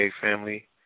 family